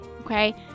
Okay